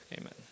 Amen